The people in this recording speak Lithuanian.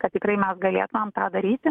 kad tikrai galėtumėm tą daryti